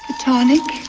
ah tonic